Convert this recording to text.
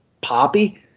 poppy